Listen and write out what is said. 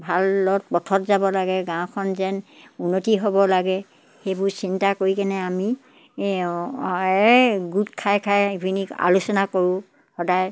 ভালত পথত যাব লাগে গাঁওখন যেন উন্নতি হ'ব লাগে সেইবোৰ চিন্তা কৰি কিনে আমি এই গোট খাই ইভিনিং আলোচনা কৰোঁ সদায়